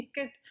Good